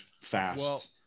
fast